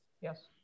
Yes